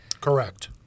Correct